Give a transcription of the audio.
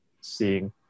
seeing